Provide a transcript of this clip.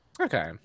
Okay